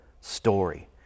story